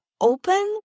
open